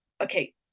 okay